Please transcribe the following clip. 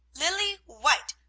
lilly white,